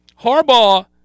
Harbaugh